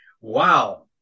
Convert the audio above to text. Wow